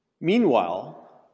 Meanwhile